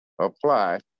apply